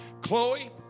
Chloe